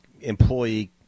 employee